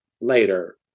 later